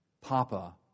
Papa